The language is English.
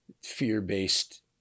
fear-based